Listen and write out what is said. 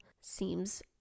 seems